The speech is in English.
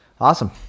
awesome